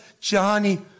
Johnny